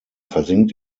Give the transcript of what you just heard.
versinkt